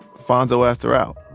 fonso asked her out.